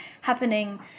happening